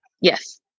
Yes